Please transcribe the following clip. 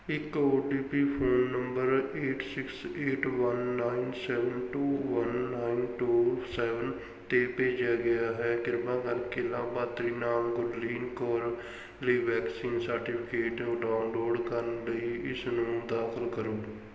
ਇੱਕ O T P phone number eight six eight one nine seven two one nine two seven 'ਤੇ ਭੇਜਿਆ ਗਿਆ ਹੈ ਕਿਰਪਾ ਕਰਕੇ ਲਾਭਪਾਤਰੀ ਨਾਮ ਗੁਰਲੀਨ ਕੌਰ ਲਈ ਵੈਕਸੀਨ ਸਰਟੀਫਿਕੇਟ ਡਾਊਨਲੋਡ ਕਰਨ ਲਈ ਇਸ ਨੂੰ ਦਾਖਲ ਕਰੋ